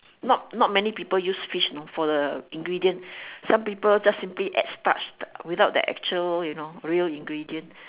not not many people use fish you know for the ingredient some people just simply add starch without the actual you know real ingredients